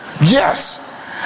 Yes